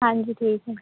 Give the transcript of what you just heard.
ਹਾਂਜੀ ਠੀਕ ਹੈ